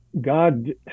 God